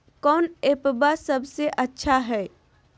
कौन एप्पबा सबसे अच्छा हय?